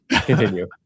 Continue